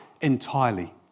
entirely